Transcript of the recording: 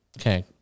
Okay